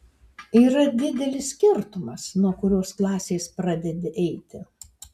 yra didelis skirtumas nuo kurios klasės pradedi eiti